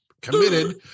committed